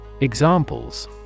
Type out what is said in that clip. Examples